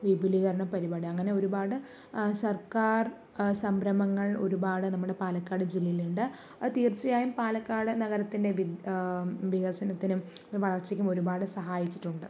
വിപുലീകരണ പരുപാടി അങ്ങനെ ഒരുപാട് സർക്കാർ സംരംഭങ്ങൾ ഒരുപാട് നമ്മുടെ പാലക്കാട് ജില്ലയിലുണ്ട് അത് തീർച്ചയായും പാലക്കാട് നഗരത്തിൻ്റെ വികസനത്തിനും വളർച്ചയ്ക്കും ഒരുപാട് സഹായിച്ചിട്ടുണ്ട്